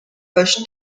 хойш